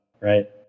right